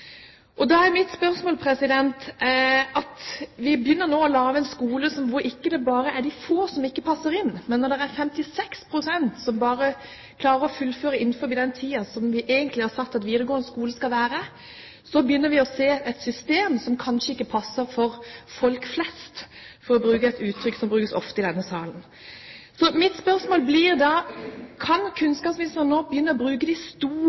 vi har en skole hvor det ikke bare er de få som ikke passer inn, men det er bare 56 pst. som klarer å fullføre innenfor den tiden vi har satt for videregående skole, begynner vi å se et system som kanskje ikke passer for «folk flest», for å bruke et uttrykk som brukes ofte i denne salen. Mitt spørsmål blir da: Kan kunnskapsministeren nå begynne å bruke de store